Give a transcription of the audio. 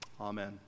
Amen